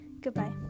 Goodbye